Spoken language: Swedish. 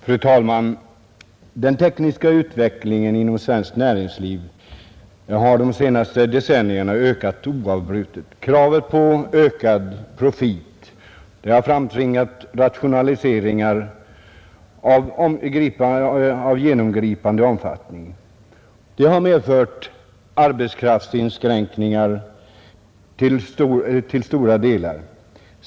Fru talman! Den tekniska utvecklingen inom svenskt näringsliv har under de senaste decennierna ökat oavbrutet. Kravet på ökad profit har framtvingat rationaliseringar av genomgripande omfattning och med arbetskraftsinskränkningar som följd.